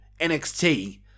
NXT